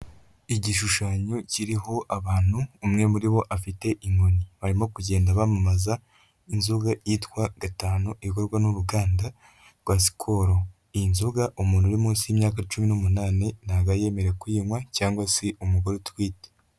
Igishushanyo kiriho abantu, umwe muri bo afite inkoni, barimo kugenda bamamaza, inzoga yitwa gatanu, ikorwa n'uruganda rwa Skol. Iyi inzoga umuntu uri munsi y'imyaka cumi n'umunani, ntabwo aba yemerewe kuyinywa cyangwa se umugore utwite.